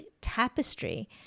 tapestry